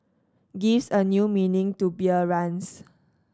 gives a new meaning to beer runs